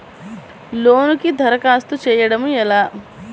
లోనుకి దరఖాస్తు చేయడము ఎలా?